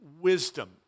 wisdom